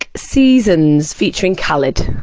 seasons featuring khalid.